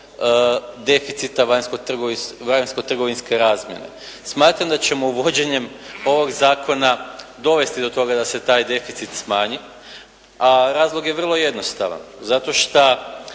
deficita vanjskotrgovinske razmjene. Smatram da ćemo vođenjem ovog zakona dovesti do toga da se taj deficit smanji, a razlog je vrlo jednostavan. Zato šta